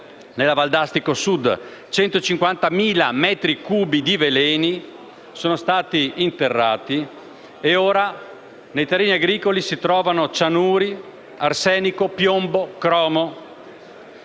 nella Val d'Astico Sud: 150.000 metri cubi di veleni sono stati interrati e, nei terreni agricoli si trovano cianuri, arsenico, piombo e cromo.